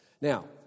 Now